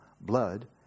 blood